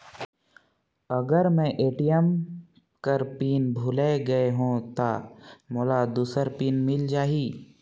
अगर मैं ए.टी.एम कर पिन भुलाये गये हो ता मोला दूसर पिन मिल जाही?